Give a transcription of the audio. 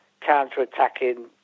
counter-attacking